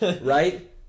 right